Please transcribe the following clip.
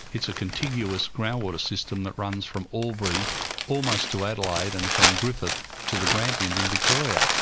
it's a continuous groundwater system that runs from albury almost to adelaide and from griffith to the grampians in victoria.